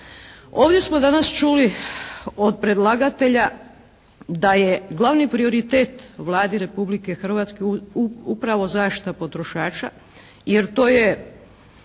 Ovdje smo danas čuli od predlagatelja da je glavni prioritet Vladi Republike Hrvatske upravo zaštita potrošača, jer to je